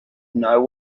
know